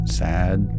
sad